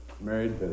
married